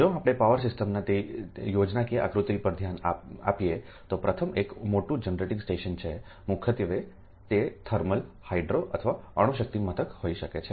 જો આપણે પાવર સિસ્ટમના તે યોજનાકીય આકૃતિ પર ધ્યાન આપીએ તો પ્રથમ એક મોટું જનરેટિંગ સ્ટેશન છે મુખ્યત્વે તેઓ થર્મલ હાઇડ્રો અથવા અણુશક્તિ મથક હોઈ શકે છે